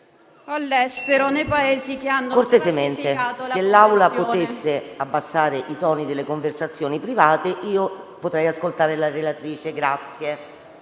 all'estero nei Paesi che hanno ratificato la convenzione.